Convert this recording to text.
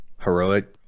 heroic